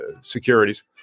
securities